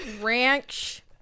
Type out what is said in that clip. ranch